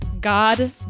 God